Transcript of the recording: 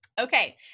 Okay